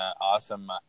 awesome